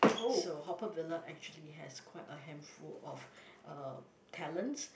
so Haw-Par-Villa actually has quite a handful of uh talents